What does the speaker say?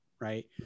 right